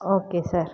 okay sir